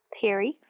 theory